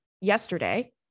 yesterday